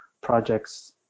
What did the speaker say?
projects